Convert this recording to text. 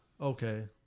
Okay